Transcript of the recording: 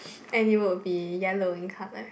and it would be yellow in color